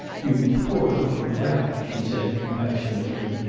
you poor little rat, she said compassionately.